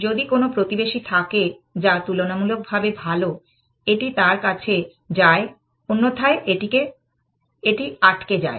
যদি কোনো প্রতিবেশী থাকে যা তুলনামূলক ভাবে ভাল এটি তার কাছে যায় অন্যথায় এটি আটকে যায়